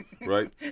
right